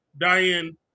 Diane